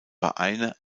vereine